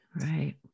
Right